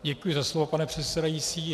Děkuji za slovo, pane předsedající.